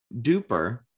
Duper